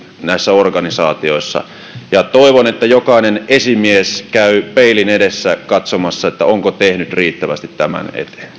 näissä organisaatioissa toivon että jokainen esimies käy peilin edessä katsomassa onko tehnyt riittävästi tämän